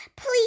Please